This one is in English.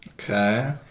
Okay